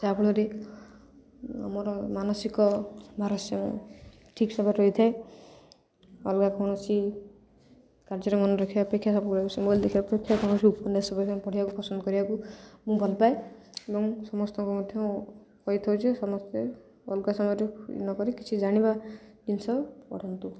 ଯାହାଫଳରେ ଆମର ମାନସିକ ଭାରସାମ୍ୟ ମୁଁ ଠିକ୍ ଭାବରେ ରହିଥାଏ ଅଲଗା କୌଣସି କାର୍ଯ୍ୟକ୍ରମରେ ରଖିବା ଅପେକ୍ଷା ସବୁ ଦେଖିବା ଅପେକ୍ଷା କୌଣସି ଉପନ୍ୟାସ ପଢ଼ିବାକୁ ପସନ୍ଦ କରିବାକୁ ମୁଁ ଭଲ ପାଏ ଏବଂ ସମସ୍ତଙ୍କୁ ମଧ୍ୟ କହିଥାଉ ଯେ ସମସ୍ତେ ଅଲଗା ସମୟରେ ନକରି କିଛି ଜାଣିବା ଜିନିଷ ପଢ଼ନ୍ତୁ